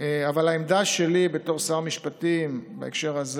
אבל העמדה שלי בתור שר המשפטים בהקשר הזה